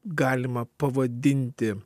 galima pavadinti